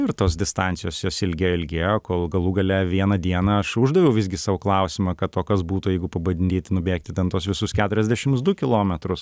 ir tos distancijos jos ilgėjo ilgėjo kol galų gale vieną dieną aš uždaviau visgi sau klausimą kad o kas būtų jeigu pabandyti nubėgti ten tuos visus keturiasdešims du kilometrus